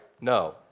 No